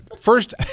first